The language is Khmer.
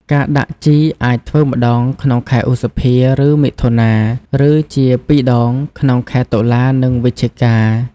ការដាក់ជីអាចធ្វើម្តងក្នុងខែឧសភាឬមិថុនា ឬជាពីរដងក្នុងខែតុលានិងវិច្ឆិកា។